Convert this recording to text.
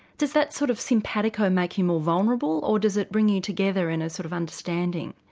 does that sort of simpatico make you more vulnerable or does it bring you together in a sort of understanding?